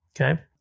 okay